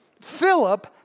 Philip